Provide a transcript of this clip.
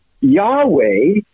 Yahweh